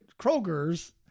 Kroger's